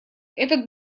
этот